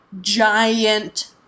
giant